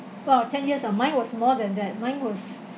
!wow! ten years ah mine was more than that mine was